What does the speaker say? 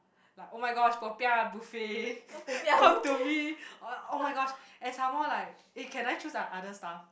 like oh-my-gosh popiah buffet come to me uh oh-my-gosh and some more like eh can I choose uh other stuff